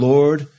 Lord